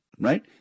right